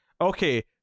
okay